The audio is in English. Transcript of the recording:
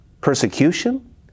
persecution